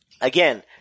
again